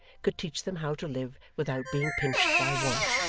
could teach them how to live without being pinched by want.